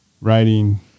writing